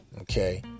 Okay